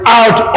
out